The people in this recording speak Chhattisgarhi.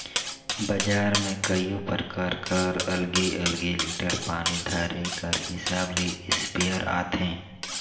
बजार में कइयो परकार कर अलगे अलगे लीटर पानी धरे कर हिसाब ले इस्पेयर आथे